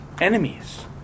enemies